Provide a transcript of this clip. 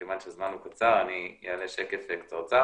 כיוון שהזמן קצר אני אעלה שקף קצר.